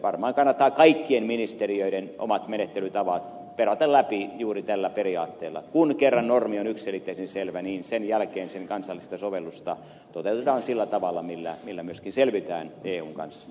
varmaan kannattaa kaikkien ministeriöiden omat menettelytapansa perata läpi juuri tällä periaatteella että kun kerran normi on yksiselitteisen selvä niin sen jälkeen sen kansallista sovellusta toteutetaan sillä tavalla jolla myöskin selvitään eun kanssa